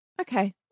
Okay